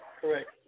Correct